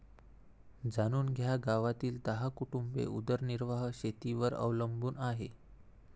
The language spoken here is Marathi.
जाणून घ्या गावातील दहा कुटुंबे उदरनिर्वाह शेतीवर अवलंबून आहे